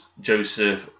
Joseph